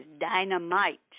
Dynamite